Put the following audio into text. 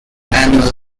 annual